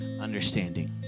understanding